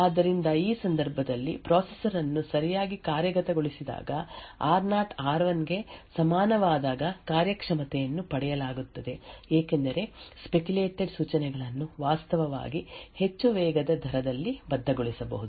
ಆದ್ದರಿಂದ ಈ ಸಂದರ್ಭದಲ್ಲಿ ಪ್ರೊಸೆಸರ್ ಅನ್ನು ಸರಿಯಾಗಿ ಕಾರ್ಯಗತಗೊಳಿಸಿದಾಗ ಆರ್0 ಆರ್1 ಗೆ ಸಮಾನವಾದಾಗ ಕಾರ್ಯಕ್ಷಮತೆಯನ್ನು ಪಡೆಯಲಾಗುತ್ತದೆ ಏಕೆಂದರೆ ಸ್ಪೆಕ್ಯುಲೇಟೆಡ್ ಸೂಚನೆಗಳನ್ನು ವಾಸ್ತವವಾಗಿ ಹೆಚ್ಚು ವೇಗದ ದರದಲ್ಲಿ ಬದ್ಧಗೊಳಿಸಬಹುದು